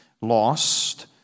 lost